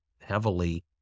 heavily